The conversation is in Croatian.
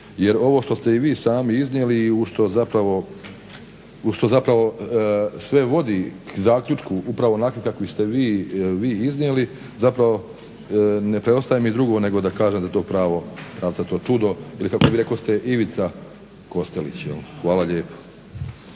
Jer ovo što ste i vi sami iznijeli i u što zapravo sve vodi k zaključku upravo onakvi kakvi ste vi iznijeli zapravo ne preostaje mi drugo nego da kažem da to pravo, pravcato čudo ili kako vi rekoste Ivica Kostelić. Hvala lijepo.